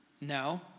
No